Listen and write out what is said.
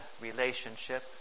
relationship